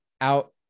out